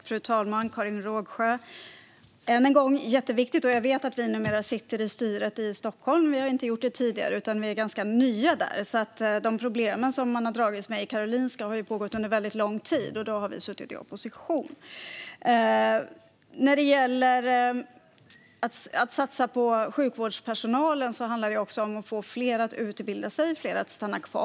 Fru talman och Karin Rågsjö! Jag vet att Miljöpartiet sitter i styret för Region Stockholm. Det har vi inte gjort tidigare, utan vi är ganska nya där. De problem som man har dragits med vad gäller Karolinska har pågått under väldigt lång tid, och då har vi suttit i opposition. Att satsa på sjukvårdspersonal handlar också om att få fler att utbilda sig och fler att stanna kvar.